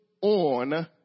on